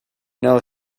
know